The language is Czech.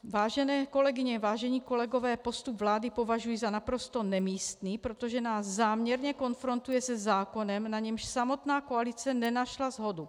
Vážené kolegyně, vážení kolegové, postup vlády považuji za naprosto nemístný, protože nás záměrně konfrontuje se zákonem, na němž samotná koalice nenašla shodu.